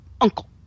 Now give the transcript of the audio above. uncle